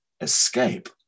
escape